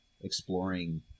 exploring